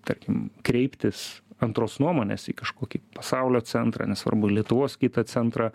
tarkim kreiptis antros nuomonės į kažkokį pasaulio centrą nesvarbu lietuvos kitą centrą